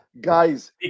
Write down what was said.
guys